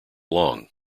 long